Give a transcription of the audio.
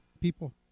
people